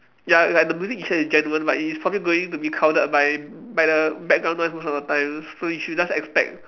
ya like the music you hear is genuine like it is probably going to be crowded by by the background noise most of the time so you should just expect